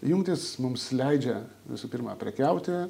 jungtys mums leidžia visų pirma prekiauti